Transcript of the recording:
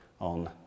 on